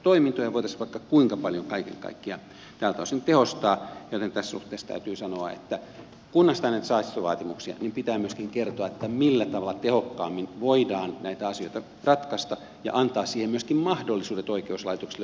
toimintoja voitaisiin vaikka kuinka paljon kaiken kaikkiaan tältä osin tehostaa joten tässä suhteessa täytyy sanoa että kun asetetaan näitä säästövaati muksia pitää myöskin kertoa millä tavalla tehokkaammin voidaan näitä asioita ratkaista ja antaa siihen myöskin mahdollisuudet oikeuslaitokselle muokata tämä järjestelmä sen mukaiseksi